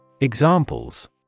Examples